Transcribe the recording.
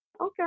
okay